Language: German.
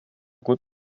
gut